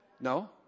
No